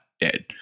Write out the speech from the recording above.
dead